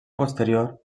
posterior